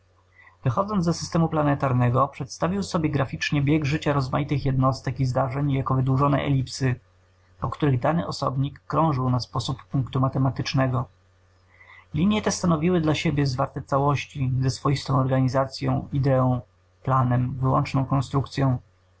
wychodząc ze systemu planetarnego przedstawił sobie graficznie bieg życia rozmaitych jednostek i zdarzeń jako wydłużone elipsy po których dany osobnik krążył na sposób punktu matematycznego linie te stanowiły dla siebie zwarte całości ze swoistą organizacyą ideą planem wyłączną konstrukcyą